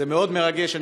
זה מאוד מרגש.